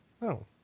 No